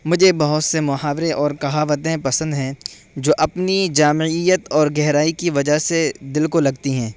مجھے بہت سے محاورے اور کہاوتیں پسند ہیں جو اپنی جامعیت اور گہرائی کی وجہ سے دل کو لگتی ہیں